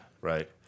Right